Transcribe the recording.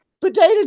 potato